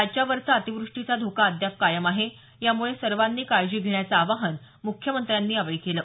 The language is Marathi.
राज्यावरचा अतिवृष्टीचा धोका अद्याप कायम आहे यामुळे सर्वांनी काळजी घेण्याचं आवाहन मुख्यमंत्र्यांनी यावेळी केलं